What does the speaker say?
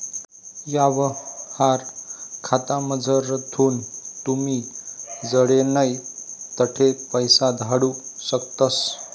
यवहार खातामझारथून तुमी जडे नै तठे पैसा धाडू शकतस